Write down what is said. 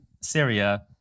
Syria